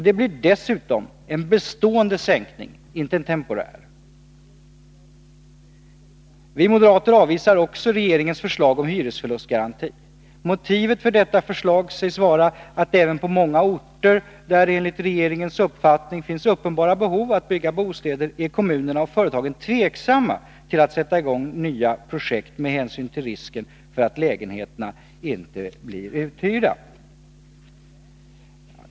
Det blir dessutom en bestående sänkning — inte en temporär. Vi moderater avvisar också regeringens förslag om en hyresförlustgaranti. Motivet för detta förslag sägs vara att kommunerna och företagen även på många orter, där det enligt regeringens uppfattning finns uppenbara behov av att bygga bostäder, är tveksamma när det gäller att sätta i gång nya projekt, med hänsyn till risken att lägenheterna inte blir uthyrda.